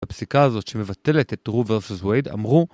בפסיקה הזאת שמבטלת את רו ורסוס ווייד אמרו